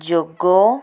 ଯୋଗ